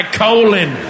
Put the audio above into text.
colon